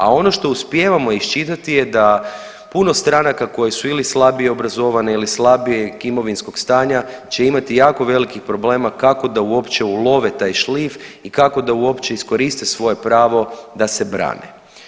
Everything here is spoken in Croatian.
A ono što uspijevamo iščitati je da puno stranaka koje su ili slabije obrazovane ili slabijeg imovinskog stanja će imati jako velikih problema kako da uopće ulove taj šlif i kako da uopće iskoriste svoje pravo da se brane.